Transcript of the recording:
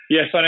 Yes